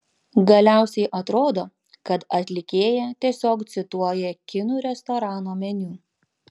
galiausiai atrodo kad atlikėja tiesiog cituoja kinų restorano meniu